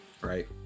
right